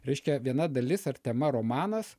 reiškia viena dalis ar tema romanas